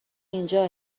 اینجا